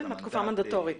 כן, מהתקופה המנדטורית.